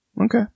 Okay